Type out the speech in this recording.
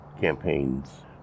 campaigns